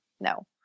no